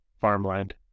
farmland